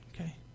okay